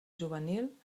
juvenil